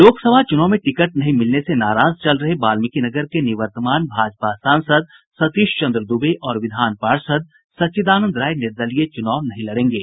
लोकसभा चुनाव में टिकट नहीं मिलने से नाराज चल रहे वाल्मीकिनगर के निर्वतमान भाजपा सांसद सतीश चंद्र दूबे और विधान पार्षद सच्चिदानंद राय निर्दलीय चुनाव नहीं लडेंगे